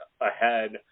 ahead